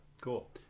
Cool